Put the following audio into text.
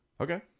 Okay